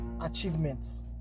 achievements